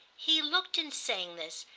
he looked, in saying this,